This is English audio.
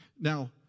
Now